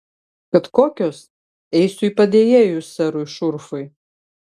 kad kokios eisiu į padėjėjus serui šurfui